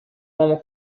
uomo